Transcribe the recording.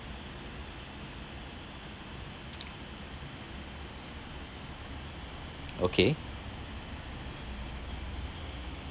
okay